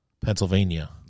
Pennsylvania